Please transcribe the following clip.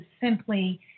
simply